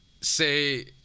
Say